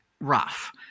rough